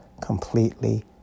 completely